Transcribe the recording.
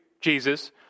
Jesus